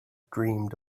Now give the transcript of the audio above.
dreamed